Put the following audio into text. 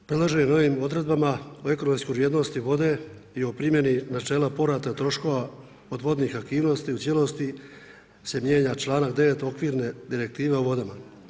Predloženim novim odredbama o ekonomskoj vrijednosti vode i o primjeni načela povrata troškova odvodnih aktivnosti u cijelosti … članak 9. okvirne direktive o vode.